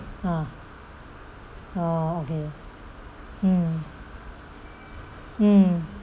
ah oh okay mm mm